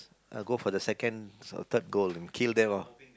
go for the second or third goal and kill them off